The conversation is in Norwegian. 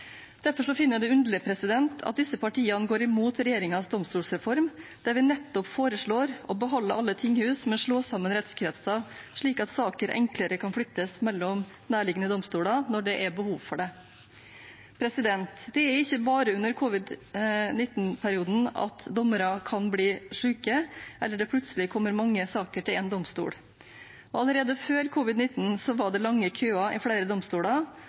finner jeg det underlig at disse partiene går imot regjeringens domstolsreform der vi nettopp foreslår å beholde alle tinghus, men slå sammen rettskretser, slik at saker enklere kan flyttes mellom nærliggende domstoler når det er behov for det. Det er ikke bare under covid-19-perioden at dommere kan bli syke, eller det plutselig kommer mange saker til en domstol. Allerede før covid-19 var det lange køer ved flere domstoler,